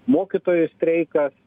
mokytojų streikas